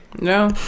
No